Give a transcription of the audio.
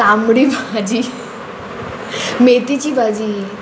तांबडी भाजी मेथीची भाजी